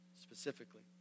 specifically